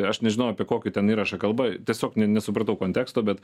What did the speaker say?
aš nežinau apie kokį ten įrašą kalba tiesiog ne nesupratau konteksto bet